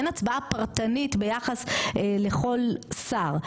אין הצבעה פרטנית ביחס לכל שר,